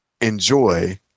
enjoy